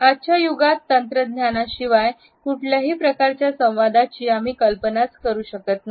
आजच्या युगात तंत्रज्ञानाशीवाय कुठल्याही प्रकाराच्या संवादाचीआम्ही कल्पनाच करू शकत नाही